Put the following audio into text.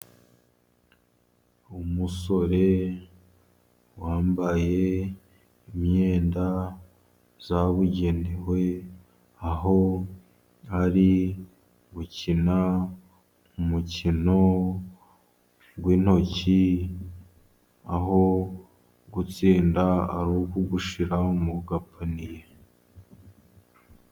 Umusore wambaye imyenda yabugenewe, aho ari gukina umukino w'intoki, aho gutsinda ari ukuwushyira mu gapaniye.